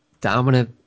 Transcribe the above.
dominant